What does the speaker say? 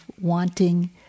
wanting